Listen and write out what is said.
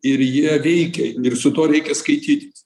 ir jie veikia ir su tuo reikia skaitytis